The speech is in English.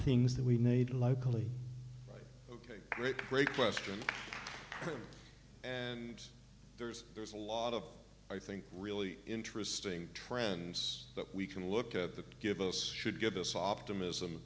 things that we need locally great great question and there's there's a lot of i think really interesting trends that we can look at the give us should get us o